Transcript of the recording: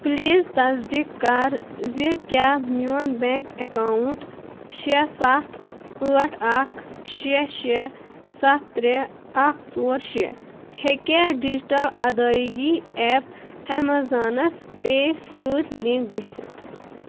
please تصدیٖق کَر زِ کیٛاہ میٛون بینٛک ایکاوُنٛٹ شےٚ سَتھ ٲٹھ اَکھ شےٚ شےٚ سَتھ ترٛےٚ اَکھ ژور شےٚ ہیٚکیٛاہ ڈیجٹَل ادایگی ایپ ایمازانَس پے سۭتۍ لِنٛک گٔژھِتھ